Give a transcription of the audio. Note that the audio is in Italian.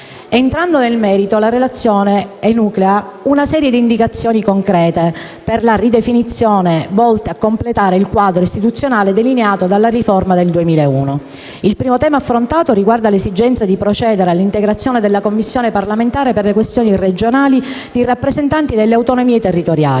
Entrando nel merito, la relazione enuclea una serie di indicazioni concrete per la ridefinizione volte a completare il quadro istituzionale delineato dalla riforma costituzionale del 2001. Il primo tema affrontato riguarda l'esigenza di procedere all'integrazione della Commissione parlamentare per le questioni regionali con rappresentanti delle autonomie territoriali.